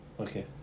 Okay